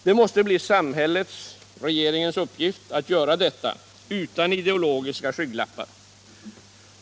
Det måste bli samhällets/regeringens uppgift att göra detta utan ideologiska skygglappar.